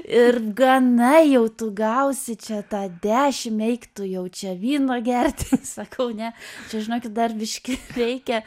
ir gana jau tu gausi čia tą dešimt eik tu jau čia vyno gerti sakau ne čia žinokit dar biškį reikia